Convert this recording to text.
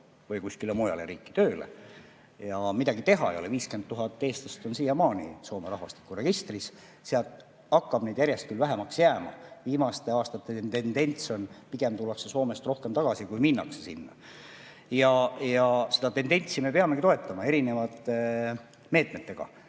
või kusagile mujale riiki tööle. Midagi teha ei ole, 50 000 eestlast on siiamaani Soome rahvastikuregistris. Seal küll hakkab neid järjest vähemaks jääma, viimaste aastate tendents on, et pigem tullakse Soomest tagasi, kui et minnakse sinna. Seda tendentsi me peamegi erinevate meetmetega